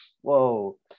whoa